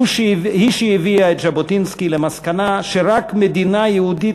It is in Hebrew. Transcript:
היא שהביאה את ז'בוטינסקי למסקנה שרק מדינה יהודית